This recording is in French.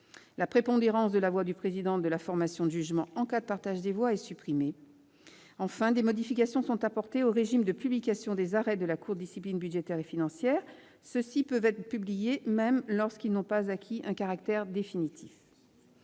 La prépondérance de la voix du président de la formation de jugement en cas de partage des voix est supprimée. Enfin, des modifications sont apportées au régime de publication des arrêts de la Cour de discipline budgétaire et financière. Ceux-ci peuvent être publiés même lorsqu'ils n'ont pas acquis un caractère définitif.